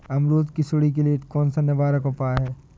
अमरूद की सुंडी के लिए कौन सा निवारक उपाय है?